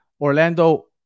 Orlando